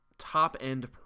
top-end